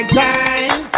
time